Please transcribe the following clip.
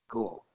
Cool